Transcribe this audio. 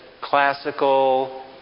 classical